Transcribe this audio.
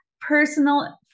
personal